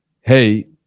hey